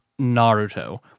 Naruto